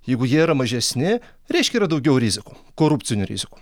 jeigu jie yra mažesni reiškia yra daugiau rizikų korupcinių rizikų